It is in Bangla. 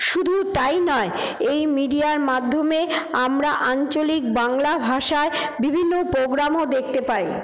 শুধু তাই নয় এই মিডিয়ার মাধ্যমে আমরা আঞ্চলিক বাংলা ভাষায় বিভিন্ন পোগ্রামও দেখতে পাই